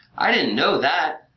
i didn't know that!